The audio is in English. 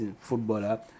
footballer